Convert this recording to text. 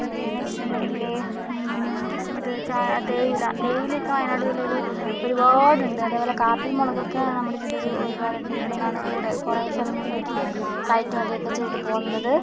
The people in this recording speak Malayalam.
പിന്നേന്ന് വച്ചിട്ടുണ്ടെങ്കില് ഇത് വച്ച തേയില തേയില ഒക്കെ വയനാട് ജില്ലയില് ഒരുപാട് ഉണ്ട് അത്പോലെ കാപ്പിയും മുളകൊക്കെ നമ്മുടെ ജില്ലയിൽ ഒരുപാട് ഉണ്ട് ഇവിടെ നിന്നാണ് കൂടെ കുറെ സ്ഥലങ്ങളിലേക്ക് കയറ്റുമതി ഒക്കെ ചെയ്ത് പോകുന്നത്